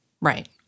Right